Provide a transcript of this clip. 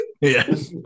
Yes